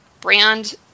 brand